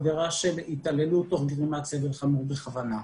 עבירה של התעללות תוך גרימת סבל חמור בכוונה.